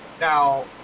Now